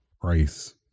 price